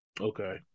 okay